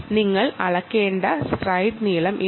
നിങ്ങൾ അളക്കേണ്ട സ്ട്രൈഡ് നീളം ഇതാണ്